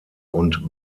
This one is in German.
und